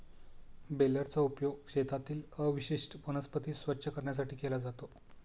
बेलरचा उपयोग शेतातील अवशिष्ट वनस्पती स्वच्छ करण्यासाठी केला जातो